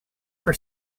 for